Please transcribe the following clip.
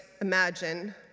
imagine